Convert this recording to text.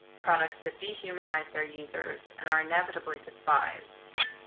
products that dehumanize their users, and are inevitably despised,